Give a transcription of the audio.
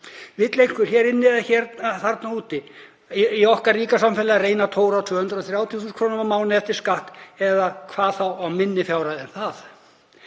Vill einhver hér inni eða þarna úti í okkar ríka samfélagi reyna að tóra á 230.000 kr. á mánuði eftir skatt, hvað þá á minni fjárhæð en það?